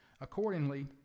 Accordingly